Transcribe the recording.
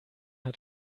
hat